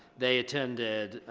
they attended,